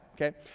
okay